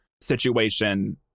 situation